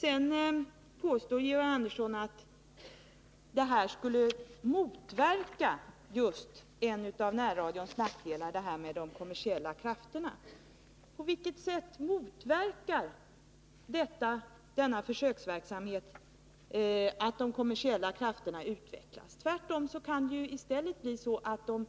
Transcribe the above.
Sedan påstår Georg Andersson att detta skulle motverka just en av närradions nackdelar, dvs. de kommersiella krafterna. På vilket sätt motverkar denna försöksverksamhet att de kommersiella krafterna utvecklas? Tvärtom kan det i stället bli så att de